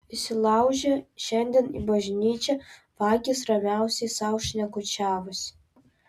įsilaužę šiandien į bažnyčią vagys ramiausiai sau šnekučiavosi